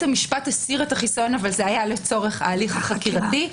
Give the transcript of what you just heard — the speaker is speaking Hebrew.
המשפט הסיר את החיסיון אך זה היה לצורך ההליך החקירתי.